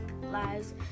Lives